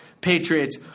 Patriots